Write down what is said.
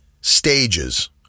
stages